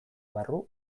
barru